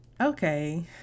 okay